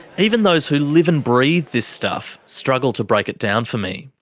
even those who live and breathe this stuff struggle to break it down for me.